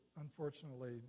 unfortunately